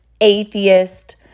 atheist